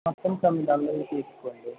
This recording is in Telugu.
మొత్తం తొమ్మిది వందలకి తీసుకోండి